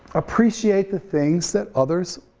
appreciate the things that others